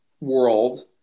world